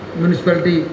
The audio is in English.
municipality